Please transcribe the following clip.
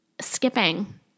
skipping